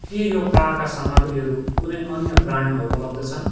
के यो कारका सामाग्रीहरू कुनै अन्य ब्रान्डमा उपलब्ध छन्